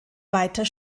weiter